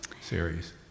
series